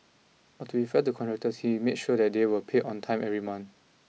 but to be fair to contractors he made sure that they were paid on time every month